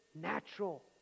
natural